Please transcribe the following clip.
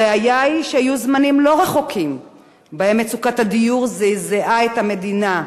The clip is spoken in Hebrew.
הראיה היא שהיו זמנים לא רחוקים שבהם מצוקת הדיור זעזעה את המדינה,